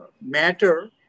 matter